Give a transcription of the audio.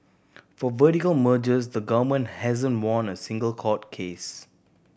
for vertical mergers the government hasn't won a single court case